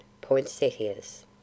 poinsettias